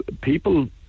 people